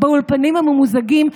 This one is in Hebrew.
באולפנים הממוזגים,